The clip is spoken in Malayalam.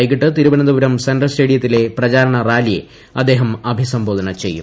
വൈകിട്ട് തിരുവനന്തപുരം സെൻട്രൽ സ്റ്റേഡിയത്തില്ല് പ്രചാരണ റാലിയെ അദ്ദേഹം അഭിസംബോധന ചെയ്യും